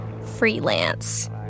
Freelance